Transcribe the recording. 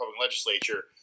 legislature